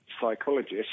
psychologist